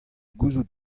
gouzout